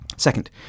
Second